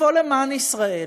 לפעול למען ישראל.